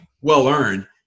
Well-earned